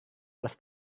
belas